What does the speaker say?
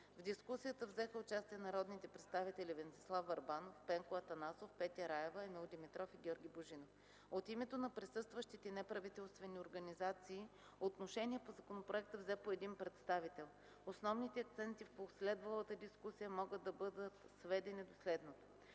В дискусията взеха участие народните представители Венцислав Върбанов, Пенко Атанасов, Петя Раева, Емил Димитров и Георги Божинов. От името на присъстващите неправителствени организации отношение по законопроекта взе по един представител. Основните акценти в последвалата дискусия могат да бъдат сведени до следното: